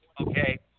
Okay